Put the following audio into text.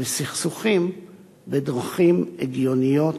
וסכסוכים בדרכים הגיוניות,